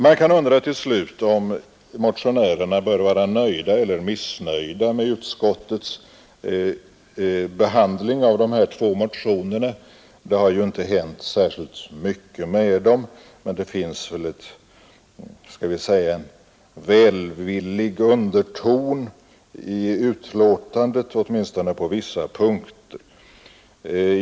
Man kan undra, till slut, om motionärerna bör vara nöjda eller missnöjda med utskottets behandling av de här två motionerna. Det har ju inte hänt särskilt mycket med dem, men det finns en — skall vi säga — välvillig underton i utlåtandet, åtminstone på vissa punkter.